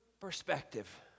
perspective